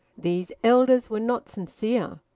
these elders were not sincere.